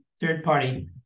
third-party